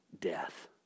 death